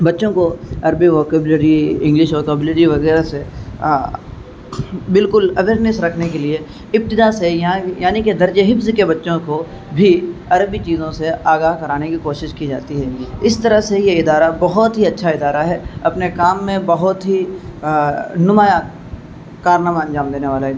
بچوں کو Arabi vocabulary English vocabulary وغیرہ سے بالکل اویئیرنیس رکھنے کے لیے ابتدا سے یعنی کہ درجے حفظ کے بچوں کو بھی عربی چیزوں سے آگاہ کرانے کی کوشش کی جاتی ہے اس طرح سے یہ ادارہ بہت ہی اچھا ادارہ ہے اپنے کام میں بہت ہی نمایاں کارنامہ انجام دینے والا